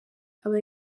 aba